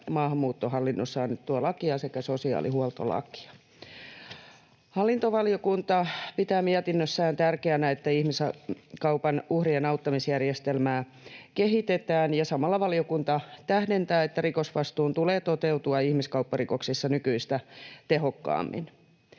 maahanmuuttohallinnossa annettua lakia sekä sosiaalihuoltolakia. Hallintovaliokunta pitää mietinnössään tärkeänä, että ihmiskaupan uhrien auttamisjärjestelmää kehitetään, ja samalla valiokunta tähdentää, että rikosvastuun tulee toteutua ihmiskaupparikoksissa nykyistä tehokkaammin.